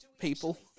people